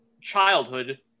childhood